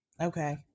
okay